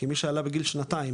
כי מי שעלה בגיל שנתיים,